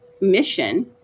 mission